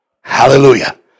Hallelujah